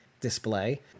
display